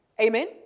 Amen